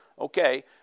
Okay